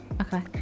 Okay